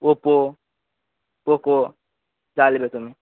Oppo Poco যা নেবে তুমি